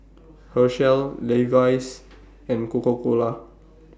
Herschel Levi's and Coca Cola